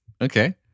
okay